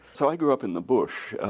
so i grew up in the bush,